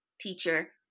teacher